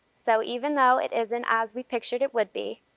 so. even though it isn't as we pictured it would be,